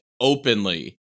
openly